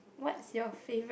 what's your favourite